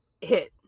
hit